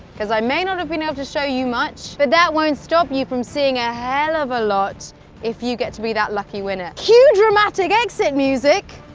cause i may not have been able to show you much, but that won't stop you from seeing a helluva lot if you get to be that lucky winner. cue dramatic exit music!